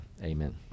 Amen